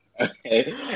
Okay